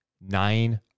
nine